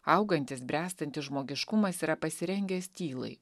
augantis bręstantis žmogiškumas yra pasirengęs tylai